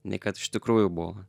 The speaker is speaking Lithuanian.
nei kad iš tikrųjų buvo